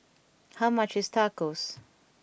how much is Tacos